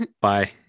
Bye